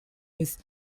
this